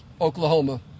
oklahoma